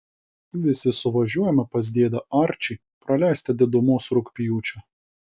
visi suvažiuojame pas dėdę arčį praleisti didumos rugpjūčio